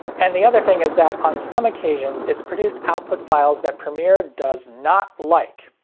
and the other thing is that, on some occasions, it's produced output files that premiere does not like.